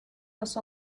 los